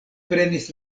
prenis